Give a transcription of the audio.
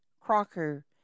Crocker